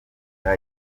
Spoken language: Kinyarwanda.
teta